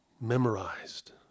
memorized